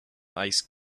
ice